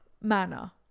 manner